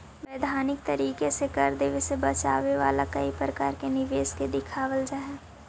वैधानिक तरीके से कर देवे से बचावे वाला कई प्रकार के निवेश के दिखावल जा हई